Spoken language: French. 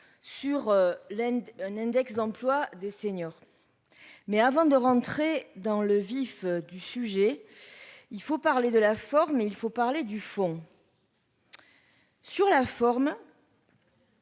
l'd'un index d'emploi des seniors. Mais avant de rentrer dans le vif du sujet. Il faut parler de la forme, mais il faut parler du fond. Sur la forme.